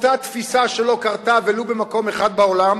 אותה תפיסה שלא קרתה ולו במקום אחד בעולם,